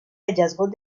hallazgos